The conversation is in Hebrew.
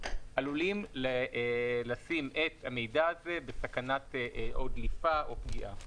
עלולים לשים את המידע הזה בסכנת או דליפה או פגיעה.